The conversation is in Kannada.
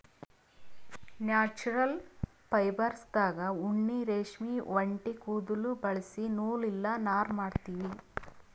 ನ್ಯಾಚ್ಛ್ರಲ್ ಫೈಬರ್ಸ್ದಾಗ್ ಉಣ್ಣಿ ರೇಷ್ಮಿ ಒಂಟಿ ಕುದುಲ್ ಬಳಸಿ ನೂಲ್ ಇಲ್ಲ ನಾರ್ ಮಾಡ್ತೀವಿ